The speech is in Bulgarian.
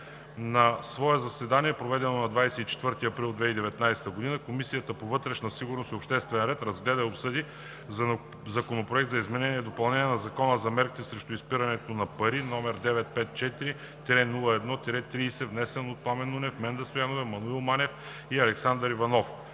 На свое заседание, проведено на 24 април 2019 г., Комисията по вътрешна сигурност и обществен ред разгледа и обсъди Законопроект за изменение и допълнение на Закона за мерките срещу изпирането на пари, № 954-01-30, внесен от народните представители Пламен Нунев, Менда Стоянова, Маноил Манев и Александър Иванов